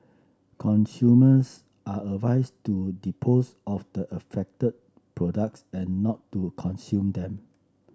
consumers are advised to dispose of the affected products and not to consume them